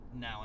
Now